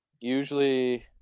Usually